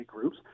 groups